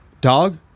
Dog